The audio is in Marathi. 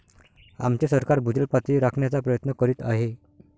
आमचे सरकार भूजल पातळी राखण्याचा प्रयत्न करीत आहे